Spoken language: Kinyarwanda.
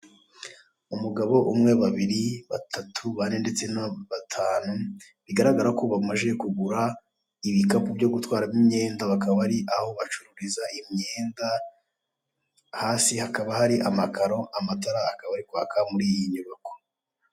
Umugabo umwe babiri batatu, bane ndetse na batanu bigaragara ko bamajije kugura ibikapu byo gutwaramo imyenda bakaba ari aho bacururiza imyenda, hasi hakaba hari amakaro amatara akaba ari kwaka muri iyi nyubako.